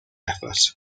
effort